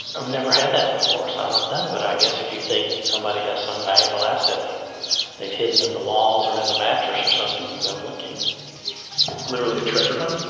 i've never had that before, so i don't know. but i guess if you think somebody has some valuable asset they've hidden in the walls or in the mattress or something, you go looking it's literally a treasure hunt?